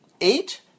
eight